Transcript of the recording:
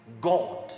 God